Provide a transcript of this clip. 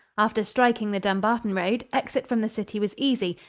after striking the dumbarton road, exit from the city was easy,